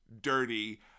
dirty